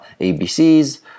ABCs